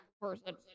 person